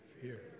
fear